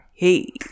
Hey